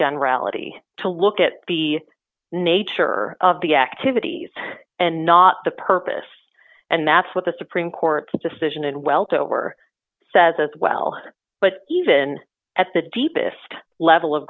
generality to look at the nature of the activities and not the purpose and that's what the supreme court's decision and well to over says as well but even at the deepest level of